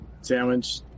sandwich